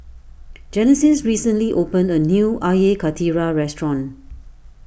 Genesis recently opened a new Air Karthira restaurant